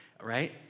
right